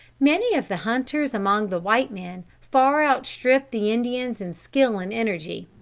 many of the hunters among the white men far outstripped the indians in skill and energy.